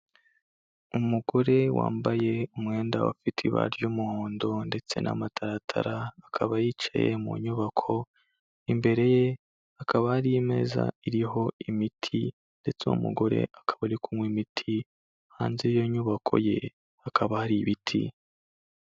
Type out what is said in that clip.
Umugore wambaye umwenda ufite ibara ry'umuhondo, ndetse n'amataratara, akaba yicaye mu nyubako, imbere ye hakaba hari imeza iriho imiti, ndetse uwo mugore akaba ari kunywa imiti, hanze y'iyo inyubako ye hakaba hari ibiti.